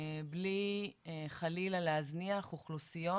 בלי חלילה להזניח אוכלוסיות